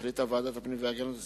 החליטה ועדת הפנים והגנת הסביבה,